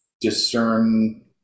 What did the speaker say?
discern